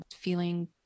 feeling